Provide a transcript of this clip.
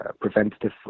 preventative